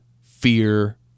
fear